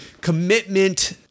commitment